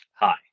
Hi